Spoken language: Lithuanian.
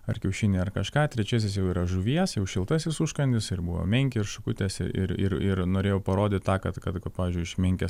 ar kiaušinį ar kažką trečiasis jau yra žuvies jau šiltasis užkandis ir buvo menkės ir šakutės ir ir ir norėjau parodyt tą kad kad pavyzdžiui iš menkės